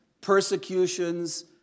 persecutions